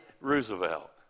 Roosevelt